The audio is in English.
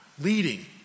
Leading